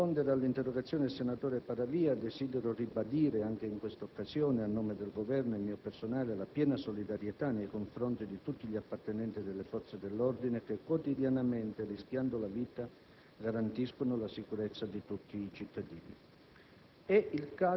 istituzionali*. Signor Presidente, onorevoli senatori, prima dì rispondere all'interrogazione del senatore Paravia, desidero ribadire, a nome del Governo e mio personale, la piena solidarietà nei confronti di tutti gli appartenenti alle forze dell'ordine, che quotidianamente, rischiando la vita,